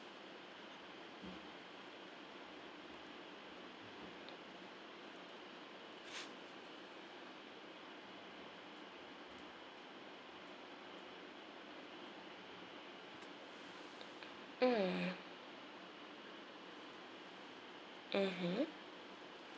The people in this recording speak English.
mm mmhmm